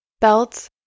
belts